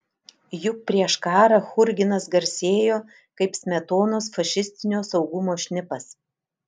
juk prieš karą churginas garsėjo kaip smetonos fašistinio saugumo šnipas